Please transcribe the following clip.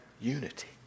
unity